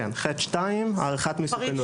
כן (ח)(2) הערכת מסוכנות.